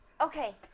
Okay